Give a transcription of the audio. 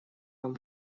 вам